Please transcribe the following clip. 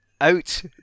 out